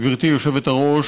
גברתי היושבת-ראש,